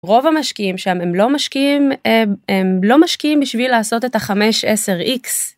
רוב המשקיעים שם הם לא משקיעים הם לא משקיעים בשביל לעשות את החמש עשר איקס.